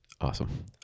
Awesome